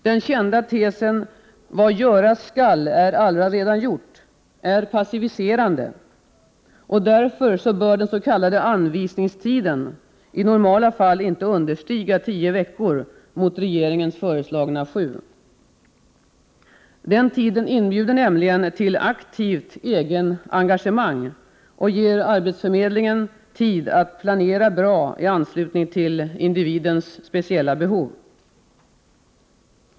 Den kända tesen att ”vad göras skall är allaredan gjort” är passiviserande. Därför bör den s.k. anvisningstiden i normala fall ej understiga tio veckor — mot regeringens föreslagna sju. Den tiden inbjuder nämligen till aktivt egenengagemang och ger arbetsförmedlingen tid att planera bra i anslutning till individens speciella behov.